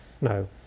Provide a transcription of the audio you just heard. no